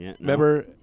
Remember